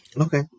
Okay